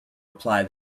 apply